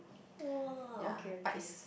!wah! okay okay